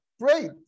Great